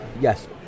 Yes